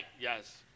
Yes